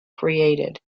created